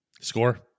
Score